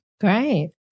Great